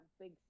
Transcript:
big